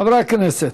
חברי הכנסת,